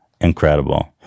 incredible